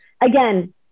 again